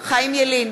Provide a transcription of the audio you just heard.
חיים ילין,